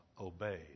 obeyed